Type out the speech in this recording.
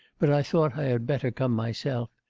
but i thought i had better come myself.